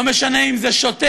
לא משנה אם זה שוטר,